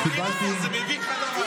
זה מביך, הדבר הזה.